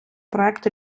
проект